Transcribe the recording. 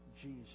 Jesus